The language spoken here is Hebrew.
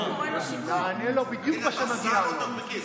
נענה לו בדיוק מה שמגיע לו.